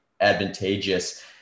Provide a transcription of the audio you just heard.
advantageous